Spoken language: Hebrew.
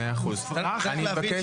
מאה אחוז, אני מבקש